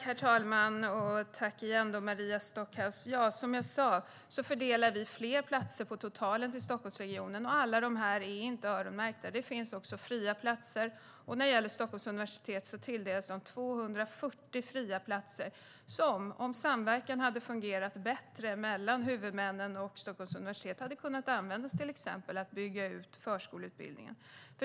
Herr talman! Tack igen, Maria Stockhaus! Som jag sa fördelar vi fler platser på totalen till Stockholmsregionen. Alla dessa är inte öronmärkta, utan det finns fria platser. Stockholms universitet tilldelades 240 fria platser som, om samverkan mellan huvudmännen och Stockholms universitet hade fungerat bättre, skulle ha kunnat användas exempelvis till att bygga ut förskollärarutbildningen.